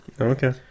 Okay